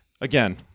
Again